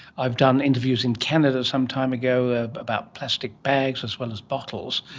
i've done interviews in canada some time ago ah about plastic bags as well as bottles,